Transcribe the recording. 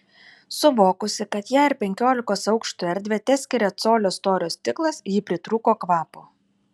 suvokusi kad ją ir penkiolikos aukštų erdvę teskiria colio storio stiklas ji pritrūko kvapo